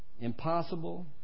Impossible